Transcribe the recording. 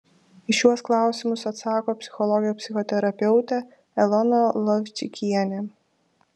į šiuos klausimus atsako psichologė psichoterapeutė elona lovčikienė